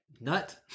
nut